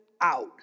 out